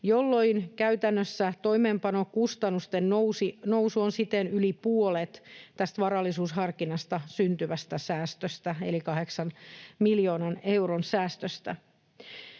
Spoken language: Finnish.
jolloin käytännössä toimeenpanokustannusten nousu on siten yli puolet tästä varallisuusharkinnasta syntyvästä säästöstä eli kahdeksan miljoonan euron säästöstä.